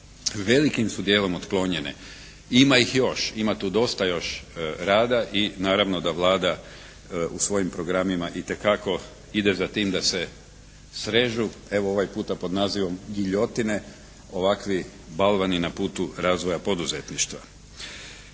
velikim su dijelom otklonjene. I ima ih još. Ima tu dosta još rada i naravno da Vlada u svojim programima itekako ide za tim da se srežu, evo ovaj puta pod nazivom giljotine ovakvi balvani na putu razvoja poduzetništva.